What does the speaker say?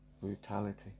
brutality